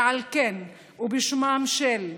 ועל כן, ובשמם של אלה: